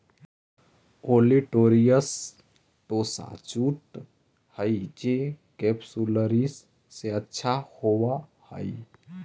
olitorius टोसा jute हई जे केपसुलरिस से अच्छा होवऽ हई